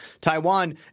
Taiwan